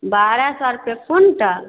बारह सए रुपैये क्विंटल